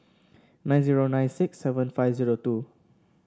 nine zero nine six seven five zero two